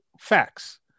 facts